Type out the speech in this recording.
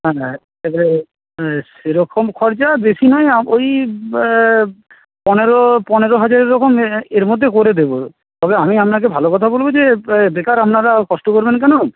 হ্যাঁ এবারে সেরকম খরচা বেশি নয় ওই পনেরো পনেরো হাজারের এরকম এর মধ্যে করে দেব তবে আমি আপনাকে ভালো কথা বলব যে বেকার আপনারা কষ্ট করবেন কেন